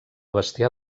bestiar